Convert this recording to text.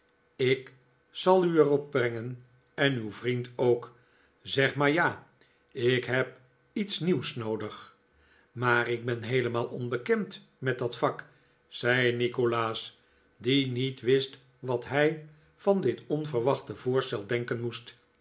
ik zal u er op brengen en uw vriend ook zeg maar ja ik heb iets nieuws noodig maar ik ben heelemaal onbekend met dat vak zei nikolaas die niet wist wat hij van dit onverwachte voorstel denken moest